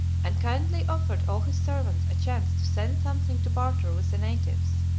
and kindly offered all his servants a chance to send something to barter with the natives.